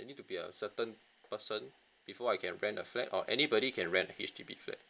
I need to be a certain person before I can rent a flat or anybody can rent a H_D_B flat